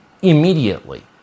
immediately